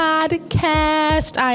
Podcast